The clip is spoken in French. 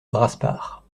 brasparts